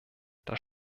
das